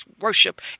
worship